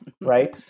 Right